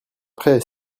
prêt